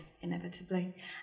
inevitably